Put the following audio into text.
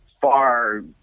far